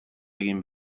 egin